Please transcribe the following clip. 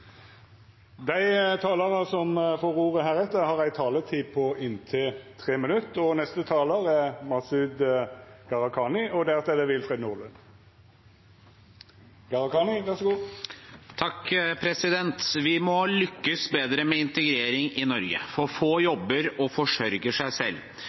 Dei talarane som heretter får ordet, har ei taletid på inntil 3 minutt. Vi må lykkes bedre med integrering i Norge, for få jobber og forsørger seg selv.